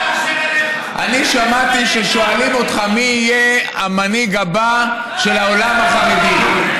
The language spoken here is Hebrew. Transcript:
אני שמעתי ששואלים אותך מי יהיה המנהיג הבא של העולם החרדי.